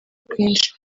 rwinshi